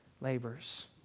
labors